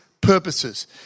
purposes